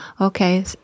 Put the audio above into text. okay